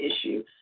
issue